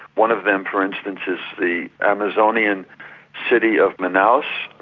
one of them, for instance, is the amazonian city of manaus.